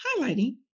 highlighting